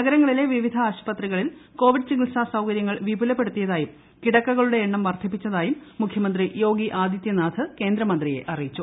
നഗരങ്ങളിലെ വിവിധ ആശുപത്രികളിൽ കോവിഡ് ചികിത്സാ സൌകര്യങ്ങൾ വിപുലപ്പെടുത്തിയതായും കിടക്കകളുടെ എണ്ണം വർദ്ധിപ്പിച്ചതായും മുഖ്യമന്ത്രി യോഗി ആദിത്യനാഥ് കേന്ദ്രമന്ത്രിയെ അറിയിച്ചു